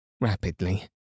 Rapidly